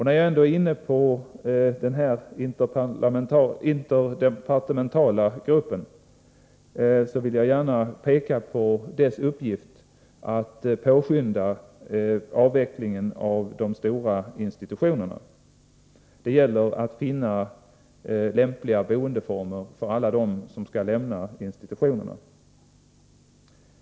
När jag ändå är inne på det här interdepartementala arbetet vill jag gärna peka på att arbetsgruppens uppgift är att påskynda avveckling av de stora institutionerna. Det gäller att finna lämpliga boendeformer för alla dem som lämnar institutionerna.